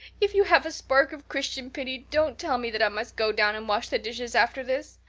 if you have a spark of christian pity don't tell me that i must go down and wash the dishes after this.